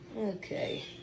okay